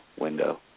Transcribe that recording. window